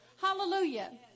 Hallelujah